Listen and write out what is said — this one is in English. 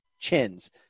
chins